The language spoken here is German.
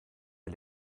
der